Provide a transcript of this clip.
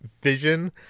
vision